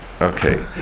okay